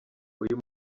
uyu